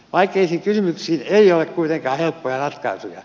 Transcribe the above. vaikeisiin kysymyksiin ei ole kuitenkaan helppoja ratkaisuja